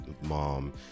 mom